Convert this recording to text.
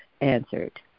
answered